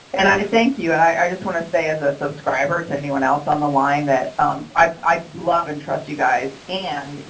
and i thank you and i just want to say as a subscriber to anyone else on the line that i love and trust you guys and you